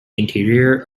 interior